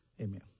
amen